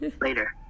Later